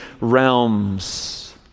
realms